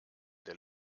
der